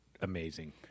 amazing